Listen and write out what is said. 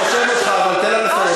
זה מה שאתה טוען?